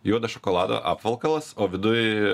juodo šokolado apvalkalas o viduj